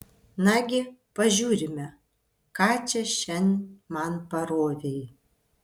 nagi pažiūrime ką čia šian man parovei